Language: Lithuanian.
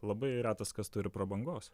labai retas kas turi prabangos